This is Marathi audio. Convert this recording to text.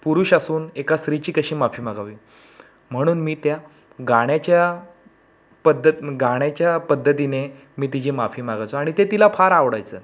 पुरुष असून एका स्त्रीची कशी माफी मागावी म्हणून मी त्या गाण्याच्या पद्धत गाण्याच्या पद्धतीने मी तिची माफी मागायचो आणि ते तिला फार आवडायचं